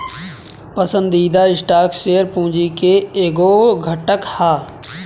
पसंदीदा stock share पूंजी के एगो घटक ह